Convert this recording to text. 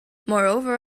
moreover